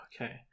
Okay